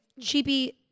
cheapy